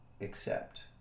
accept